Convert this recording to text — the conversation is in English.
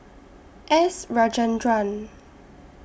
S Rajendran